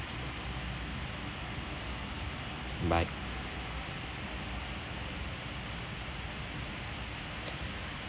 bye